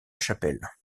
chapelle